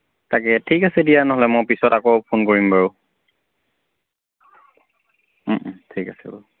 তাকে ঠিক আছে দিয়া নহ'লে মই পিছত আকৌ ফোন কৰিম বাৰু ঠিক আছে বাৰু